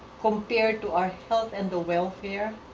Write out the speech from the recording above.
compared to our health and the welfare,